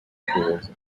schools